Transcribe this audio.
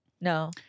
No